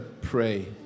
pray